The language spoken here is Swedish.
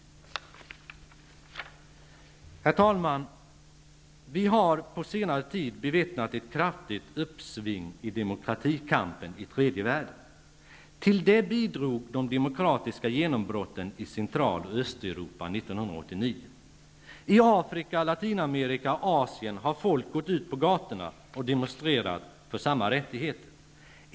Herr talman! Vi har på senare tid bevittnat ett kraftigt uppsving för demokratikampen i tredje världen. Till detta bidrog de demokratiska genombrotten i Cetraloch Östeuropa 1989. I Afrika, Latinamerika och i Asien har folk gått ut på gatorna och demonstrerat för samma rättigheter.